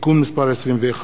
(תיקון מס' 21)